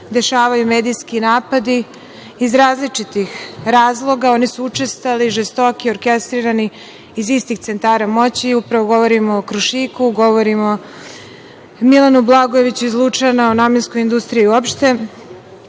dešavaju medijski napadi iz različitih razloga. Oni su učestali, žestoki, orkestrirani iz istih centara moći. Upravo govorim o „Krušiku“, govorim o „Milanu Blagojeviću“ iz Lučana, o namenskoj industriji